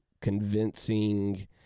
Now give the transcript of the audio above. convincing